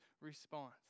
response